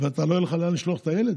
ולא יהיה לך לאן לשלוח את הילד?